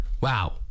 wow